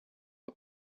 een